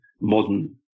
modern